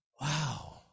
Wow